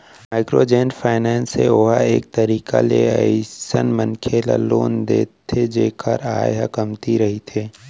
micro जेन finance हे ओहा एक तरीका ले अइसन मनखे ल लोन देथे जेखर आय ह कमती रहिथे